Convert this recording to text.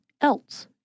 else